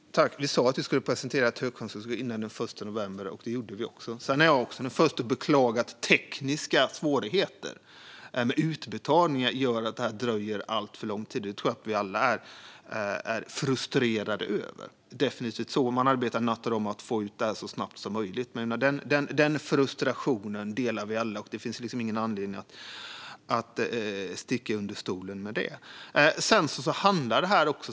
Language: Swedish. Fru talman! Vi sa att vi skulle presentera ett högkostnadsskydd före den 1 november, och det gjorde vi också. Sedan är jag den förste att beklaga att tekniska svårigheter med utbetalningar gör att detta dröjer alltför lång tid. Det tror jag att vi alla är frustrerade över. Man arbetar natt och dag med att få ut detta så snabbt som möjligt. Den frustrationen delar vi alla, och det finns ingen anledning att sticka under stol med det.